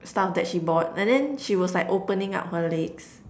stuff that she bought and then she was like opening up her legs